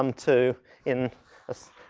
um to in um,